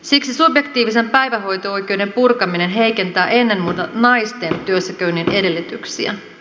siksi subjektiivisen päivähoito oikeuden purkaminen heikentää ennen muuta naisten työssäkäynnin edellytyksiä